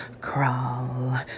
Crawl